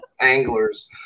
anglers